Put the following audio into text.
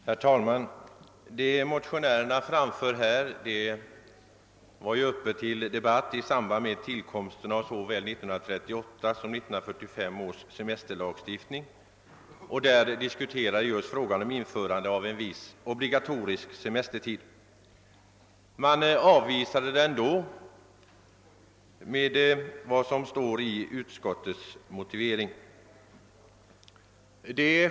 Herr talman! Det som motionärerna här för fram var uppe till debatt i samband med tillkomsten av såväl 1938 års som 1945 års semesterlagstiftning. Då diskuterades just införande av en viss obligatorisk semestertid, men riksdagen avvisade detta förslag med den motivering som anges i utskottets utlåtande.